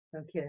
okay